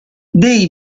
dei